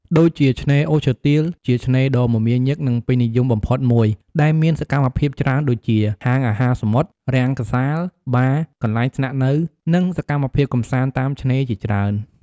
ដូចជា ឆ្នេរអូរឈើទាល ជាឆ្នេរដ៏មមាញឹក និងពេញនិយមបំផុតមួយ ដែលមានសកម្មភាពច្រើនដូចជា ហាងអាហារសមុទ្រ រង្គសាល បារ កន្លែងស្នាក់នៅ និងសកម្មភាពកម្សាន្តតាមឆ្នេរជាច្រើន។